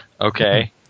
Okay